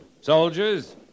Soldiers